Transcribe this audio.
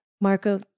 Marco